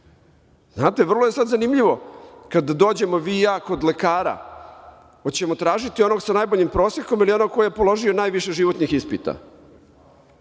ispit? Znate, vrlo je sada zanimljivo kada dođemo vi i ja kod lekara, hoćemo li tražiti onog sa najboljim prosekom ili onog ko je položio najviše životnih ispita?